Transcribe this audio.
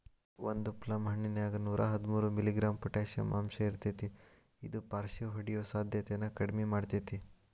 ಒಂದು ಪ್ಲಮ್ ಹಣ್ಣಿನ್ಯಾಗ ನೂರಾಹದ್ಮೂರು ಮಿ.ಗ್ರಾಂ ಪೊಟಾಷಿಯಂ ಅಂಶಇರ್ತೇತಿ ಇದು ಪಾರ್ಷಿಹೊಡಿಯೋ ಸಾಧ್ಯತೆನ ಕಡಿಮಿ ಮಾಡ್ತೆತಿ